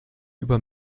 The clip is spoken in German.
über